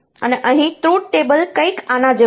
અને અહીં truth table કંઈક આના જેવું હશે